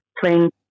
playing